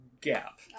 gap